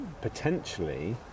potentially